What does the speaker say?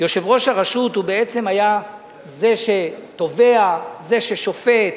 יושב-ראש הרשות הוא בעצם היה זה שתובע, זה ששופט,